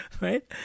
right